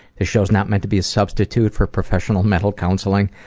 this show is not meant to be a substitute for professional mental counseling,